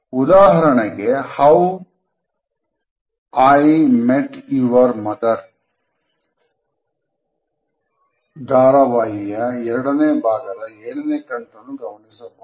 ಉದಾಹರಣೆಗೆ how I met your mother ಧಾರವಾಹಿಯ ಎರಡನೇ ಭಾಗದ ಏಳನೇ ಕಂತನ್ನು ಗಮನಿಸಬಹುದು